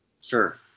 sure